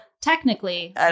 technically